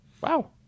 Wow